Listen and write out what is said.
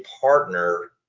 partner